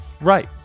Right